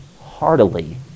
heartily